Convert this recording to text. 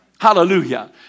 Hallelujah